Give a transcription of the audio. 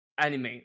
anime